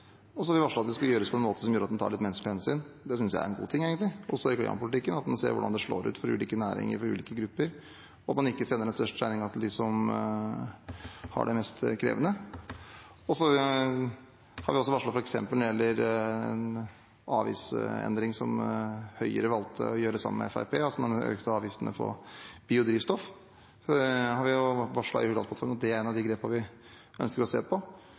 og vi har varslet at det skal gjøres på en måte som gjør at den tar litt menneskelige hensyn. Jeg synes egentlig det er en god ting at man også i klimapolitikken ser hvordan det slår ut for ulike næringer og grupper, og at man ikke sender den største regningen til dem som har det mest krevende. For eksempel når det gjelder en avgiftsendring som Høyre valgte å gjøre sammen med Fremskrittspartiet da de økte avgiftene på biodrivstoff, har vi varslet i Hurdalsplattformen at det er et av grepene vi ønsker å se på